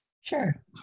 Sure